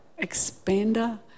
expander